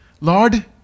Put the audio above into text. Lord